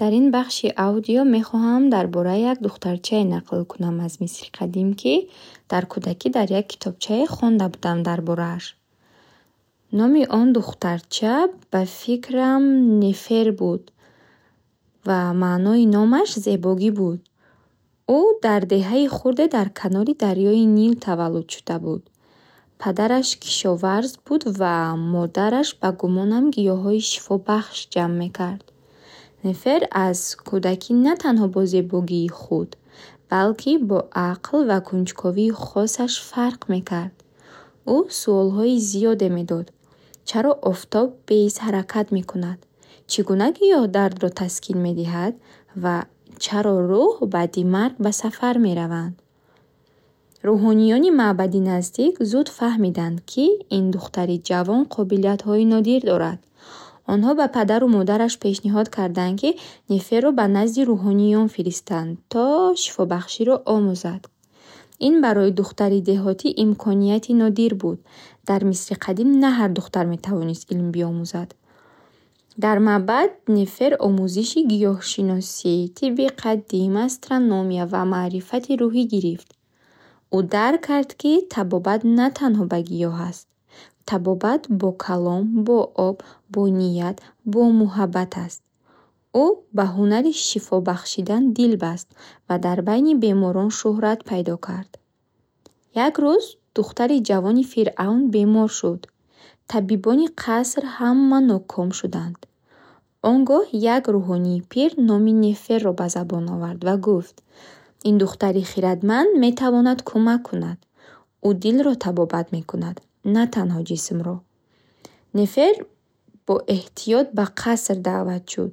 Дар ин бахши аудио мехоҳам дар бораи як духтарчае нақл кунам аз Мисри Қадим, ки дар кудаки дар як китобчае хонда будам дар борааш. Номи он духтарча ба фикрам Нефер буд ва маънои номаш зебогӣ буд. Ӯ дар деҳаи хурде дар канори дарёи Нил таваллуд шуда буд. Падараш кишоварз буд ва модараш ба гумонам гиёҳҳои шифобахш ҷамъ мекард. Нефер аз кудаки на танҳо бо зебогии худ, балки бо ақл ва кунҷковии хосаш фарқ мекард. Ӯ суолҳои зиёде медод. Чаро офтоб беист ҳаракат мекунад? Чи гуна гиёҳ дардро таскин медиҳад? Ва чаро рӯҳ баъди марг ба сафар меравад? Рӯҳониёни маъбади наздик зуд фаҳмиданд, ки ин духтари ҷавон қобилиятҳои нодир дорад. Онҳо ба падару модараш пешниҳод карданд, ки Неферро ба назди рӯҳониён фиристанд, то шифобахширо омӯзад. Ин барои духтари деҳотӣ имконияти нодир буд. Дар Мисри Қадим на ҳар духтар метавонист илм биомӯзад. Дар маъбад Нефер омӯзиши гиёҳшиносӣ, тибби қадим, астрономия ва маърифати рӯҳӣ гирифт. Ӯ дарк кард, ки табобат на танҳо ба гиёҳ аст. Табобат бо калом, бо об, бо ният, бо муҳаббат аст. Ӯ ба ҳунари шифо бахшидан дил баст ва дар байни беморон шӯҳрат пайдо кард. Як рӯз духтари ҷавони фиръавн бемор шуд. Табибони қаср ҳама ноком шуданд. Он гоҳ як рӯҳонии пир номи Неферро ба забон овард ва гуфт. "Ин духтари хирадманд метавонад кӯмак кунад. Ӯ дилро табобат мекунад, на танҳо ҷисмро." Нефер бо эҳтиёт ба қаср даъват шуд.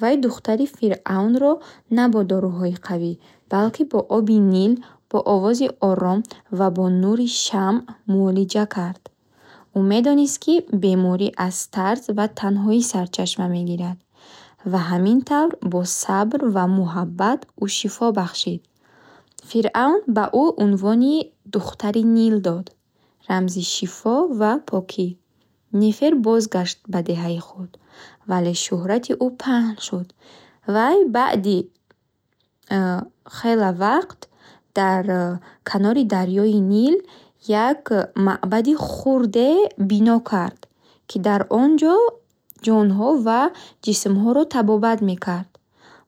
Вай духтари фиръавнро на бо доруҳои қавӣ, балки бо оби Нил, бо овози ором ва бо нури шамъ муолиҷа кард. Ӯ медонист, ки беморӣ аз тарс ва танҳои сарчашма мегирад. Ва ҳамин тавр, бо сабр ва муҳаббат ӯ шифо бахшид. Фиръавн ба ӯ унвони Духтари Нил дод. Рамзи шифо ва покӣ. Нефер бозгашт ба деҳаи худ, вале шӯҳрати ӯ паҳн шуд. Вай баъди ммм хела вақт дар канори дарёи Нил як маъбади хурде бино кард, ки дар онҷо ҷонҳо ва ҷисмҳоро табобат мекард.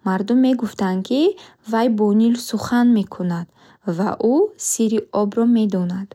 Мардум мегуфтанд, ки вай бо Нил сухан мекунад ва ӯ сири обро медонад.